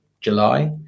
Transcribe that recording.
July